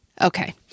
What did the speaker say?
Okay